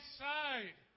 side